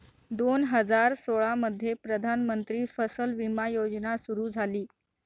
दोन हजार सोळामध्ये प्रधानमंत्री फसल विमा योजना सुरू झाली